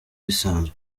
bisanzwe